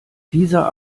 dieser